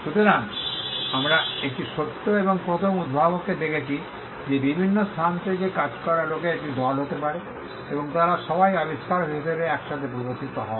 সুতরাং আমরা একটি সত্য এবং প্রথম উদ্ভাবককে দেখছি যে বিভিন্ন স্থান থেকে কাজ করা লোকের একটি দল হতে পারে এবং তারা সবাই আবিষ্কারক হিসাবে একসাথে প্রদর্শিত হয়